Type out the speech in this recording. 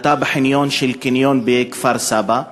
היא הייתה בחניון של קניון בכפר-סבא,